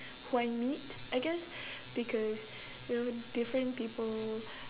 who I meet I guess because you know different people